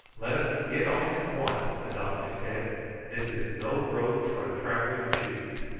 let us get on at once, the doctor said this is no road for a traveller to choose,